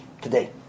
today